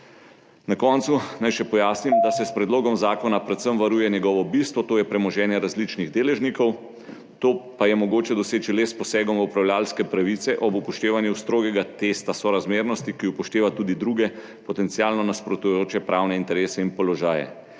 Na koncu naj še pojasnim, da se s predlogom zakona predvsem varuje njegovo bistvo, to je premoženje različnih deležnikov. To pa je mogoče doseči le s posegom v upravljavske pravice ob upoštevanju strogega testa sorazmernosti, ki upošteva tudi druge potencialno nasprotujoče pravne interese in položaje.